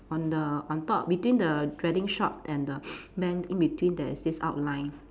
on the on top between the wedding shop and the bank in between there is this outline